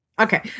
Okay